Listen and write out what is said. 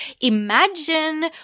imagine